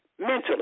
mentally